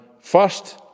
first